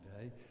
today